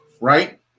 right